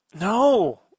No